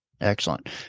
Excellent